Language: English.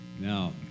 Now